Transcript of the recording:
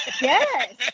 yes